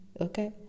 Okay